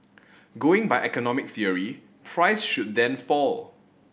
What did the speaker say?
going by economic theory price should then fall